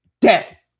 Death